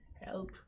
help